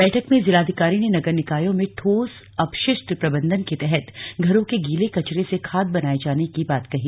बैठक में जिलाधिकारी ने नगर निकायों में ठोस अपशिष्ट प्रबन्धन के तहत घरों के गीले कचरे से खाद बनाये जाने की बात कही